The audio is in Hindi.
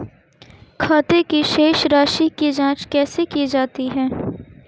खाते की शेष राशी की जांच कैसे की जाती है?